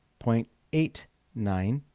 point eight nine